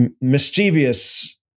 Mischievous